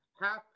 half